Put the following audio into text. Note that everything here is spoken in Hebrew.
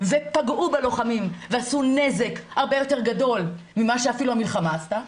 ופגעו בלוחמים ועשו נזק הרבה יותר גדול ממה שאפילו המלחמה עשתה,